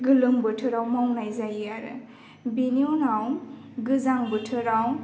गोलोम बोथोराव मावनाय जायो आरो बेनि उनाव गोजां बोथोराव